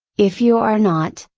if you are not,